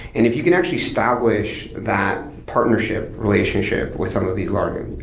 and if you can actually establish that partnership relationship with some of these larger,